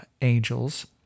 angels